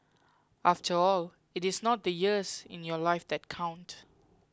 after all it is not the years in your life that count